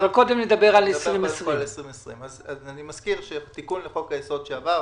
אבל קודם נדבר על 2020. אני מזכיר שתיקון לחוק היסוד שעבר,